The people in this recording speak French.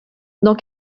dans